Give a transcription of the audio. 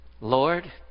Lord